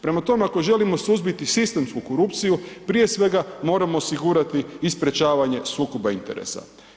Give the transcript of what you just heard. Prema tome, ako želimo suzbiti sistemsku korupciju, prije svega moramo osigurati i sprječavanje sukoba interesa.